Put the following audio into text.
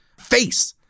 face